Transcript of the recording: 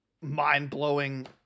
mind-blowing